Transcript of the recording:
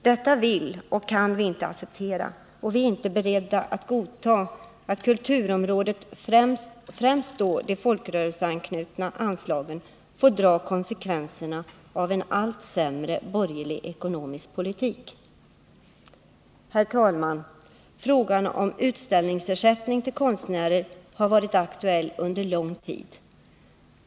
Detta vill och kan vi inte acceptera, och vi är inte beredda att godta att kulturområdet, främst då de folkrörelseanknutna anslagen, får dra konsekvenserna av en allt sämre borgerlig ekonomisk politik. Herr talman! Frågan om utställningsersättning till konstnärer har varit aktuell under lång tid.